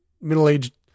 middle-aged